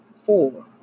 four